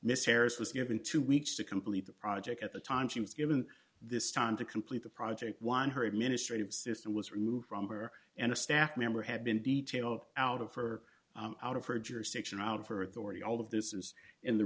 miss harris was given two weeks to complete the project at the time she was given this time to complete the project one her administrative assistant was removed from her and a staff member had been detail of out of her out of her jurisdiction or out of her authority all of this is in the